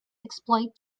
exploit